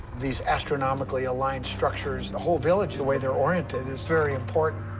these astronomically aligned structures the whole village the way they're oriented is very important.